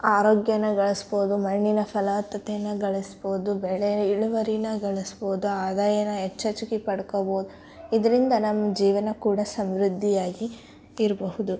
ಆರೋಗ್ಯಾನ ಗಳಿಸ್ಬೋದು ಮಣ್ಣಿನ ಫಲವತ್ತತೇನ ಗಳಿಸ್ಬೋದು ಬೆಳೆ ಇಳುವರೀನ ಗಳಿಸ್ಬೋದು ಆದಾಯಾನ ಹೆಚ್ ಹೆಚ್ಗೆ ಪಡ್ಕೋಬೋದು ಇದರಿಂದ ನಮ್ಮ ಜೀವನ ಕೂಡ ಸಮೃದ್ಧಿಯಾಗಿ ಇರಬಹುದು